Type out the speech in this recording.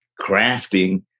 crafting